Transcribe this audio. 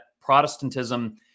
Protestantism